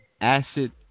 acid